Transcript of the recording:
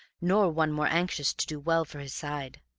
nor one more anxious to do well for his side.